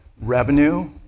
revenue